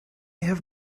have